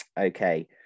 Okay